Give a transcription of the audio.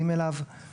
תשלום;